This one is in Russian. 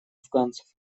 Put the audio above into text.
афганцев